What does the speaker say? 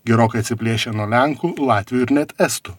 gerokai atsiplėšę nuo lenkų latvių ir net estų